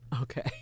Okay